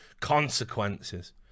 Consequences